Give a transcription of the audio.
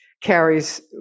carries